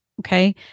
Okay